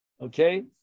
Okay